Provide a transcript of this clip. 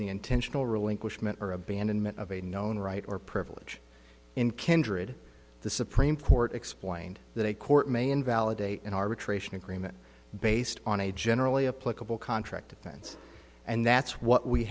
the intentional relinquishment or abandonment of a known right or privilege in kindred the supreme court explained that a court may invalidate an arbitration agreement based on a generally applicable contract offense and that's what we